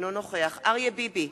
אינו נוכח אריה ביבי,